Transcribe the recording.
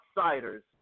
outsiders